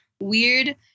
weird